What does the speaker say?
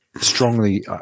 Strongly